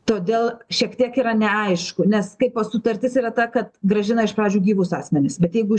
todėl šiek tiek yra neaišku nes kaipo sutartis yra ta kad grąžina iš pradžių gyvus asmenis bet jeigu